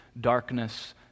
darkness